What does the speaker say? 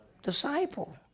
Disciple